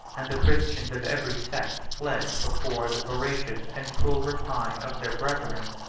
and the christians of every sect fled before the voracious and cruel rapine of their brethren.